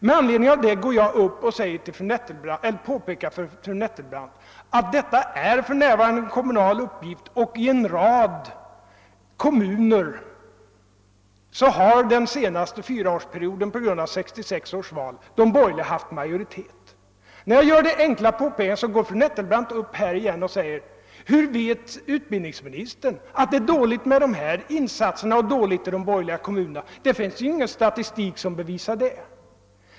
Med anledning därav gick jag upp i talarstolen och påpekade för fru Nettelbrandt att detta för närvarande är en kommunal uppgift och att man i en rad kommuner på grund av utfallet av 1966 års val har haft borgerlig majoritet under de senaste fyra åren. Men när jag gör detta enkla påpekande, stiger fru Nettelbrandt åter upp i talarstolen och säger: Hur vet utbildningsministern att det är dåligt med dessa insatser och dåligt ställt i de borgerligt styrda kommunerna? Det finns ju ingen statistik som bevisar det.